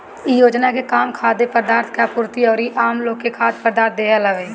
इ योजना के काम खाद्य पदार्थ के आपूर्ति अउरी आमलोग के खाद्य पदार्थ देहल हवे